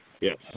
Yes